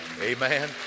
Amen